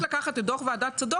רק לקחת את דוח ועדת צדוק,